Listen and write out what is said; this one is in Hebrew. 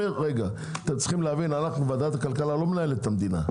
אנחנו ועדת הכלכלה לא מנהלת את המדינה.